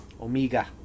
Omega